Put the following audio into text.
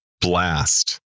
blast